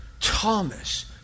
Thomas